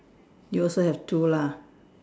you also have two lah